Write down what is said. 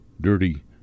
dirty